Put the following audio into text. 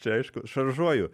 čia aišku šaržuoju